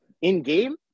in-game